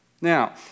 Now